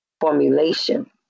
formulation